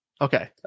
okay